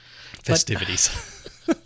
Festivities